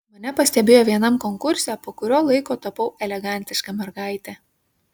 mane pastebėjo vienam konkurse po kurio laiko tapau elegantiška mergaite